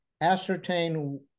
ascertain